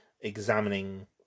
examining